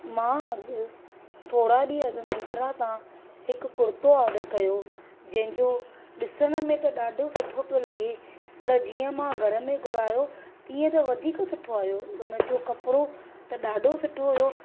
मां अॻु थोरा डींहं अॻु मिंत्रा तां हिकु कुर्तो ऑर्डर कयो जंहिंजो ॾिसण में त ॾाढो सुठो पियो लॻे पर जीअं मां घर में घुरायो तीअं त वधीक सुठो आहियो उन जो कपिड़ो त ॾाढो सुठो हुओ